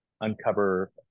uncover